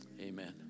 Amen